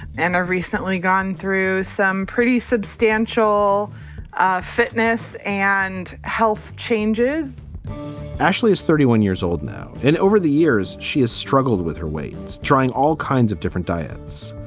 and i've recently gone through some pretty substantial ah fitness and health changes ashley is thirty one years old now, and over the years she has struggled with her weight, trying all kinds of different diets.